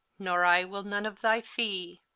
nor i will none of thy fee.